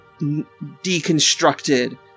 deconstructed